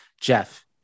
jeff